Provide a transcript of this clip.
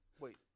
Wait